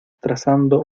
trazando